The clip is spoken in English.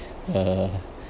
uh